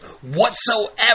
whatsoever